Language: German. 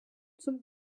zum